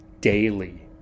daily